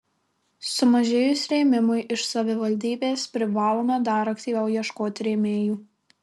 sumažėjus rėmimui iš savivaldybės privalome dar aktyviau ieškoti rėmėjų